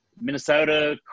Minnesota